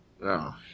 No